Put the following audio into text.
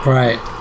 right